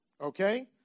okay